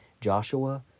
Joshua